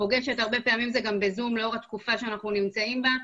הרבה פעמים זה גם בזום לאור התקופה שאנחנו נמצאים בה,